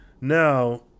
Now